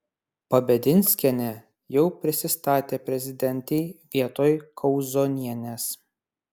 pabedinskienė jau prisistatė prezidentei vietoj kauzonienės